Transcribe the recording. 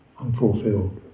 unfulfilled